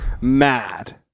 mad